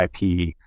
IP